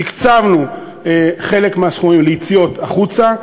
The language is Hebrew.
תקצבנו חלק מהסכומים ליציאות החוצה,